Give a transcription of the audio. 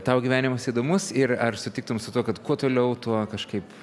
tau gyvenimas įdomus ir ar sutiktum su tuo kad kuo toliau tuo kažkaip